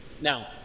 Now